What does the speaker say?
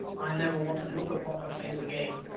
i never want to look upon her face again.